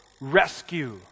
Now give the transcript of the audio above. rescue